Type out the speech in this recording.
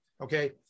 okay